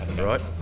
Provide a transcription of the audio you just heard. Right